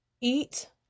Eat